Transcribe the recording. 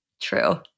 True